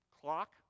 clock